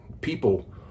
people